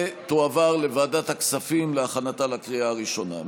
ותועבר לוועדת הכספים להכנתה לקריאה הראשונה.